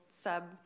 sub